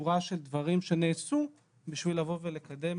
שורה של דברים שנעשו בשביל לבוא ולקדם